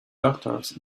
doctors